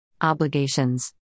Obligations